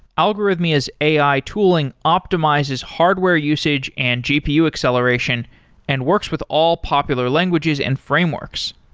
algorithmia's ai tooling optimizes hardware usage and gpu acceleration and works with all popular languages and frameworks.